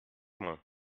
mal